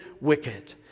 wicked